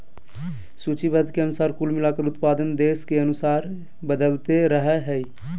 सूचीबद्ध के अनुसार कुल मिलाकर उत्पादन देश के अनुसार बदलते रहइ हइ